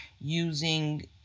using